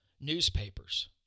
newspapers